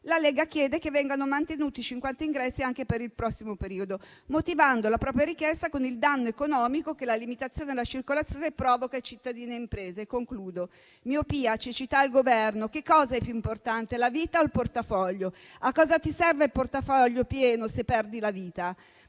La Lega chiede che vengano mantenuti 50 ingressi anche per il prossimo periodo, motivando la propria richiesta con il danno economico che la limitazione della circolazione provoca a cittadini e imprese. In conclusione, si tratta di miopia e cecità al Governo: cosa è più importante, la vita o il portafoglio? A cosa serve il portafoglio pieno, se si perde la vita?